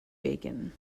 bacon